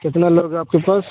کتنا لوگ ہے آپ کے پاس